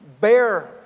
Bear